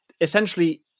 essentially